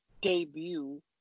debut